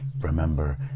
remember